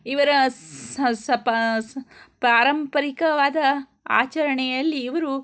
ಇವರ ಪಾರಂಪರಿಕವಾದ ಆಚರಣೆಯಲ್ಲಿ ಇವರು